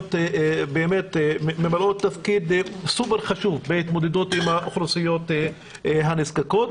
הסוציאליות ממלאות תפקיד סופר חשוב בהתמודדות עם האוכלוסיות הנזקקות.